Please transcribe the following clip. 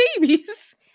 babies